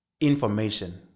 information